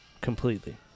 completely